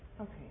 Okay